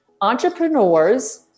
entrepreneurs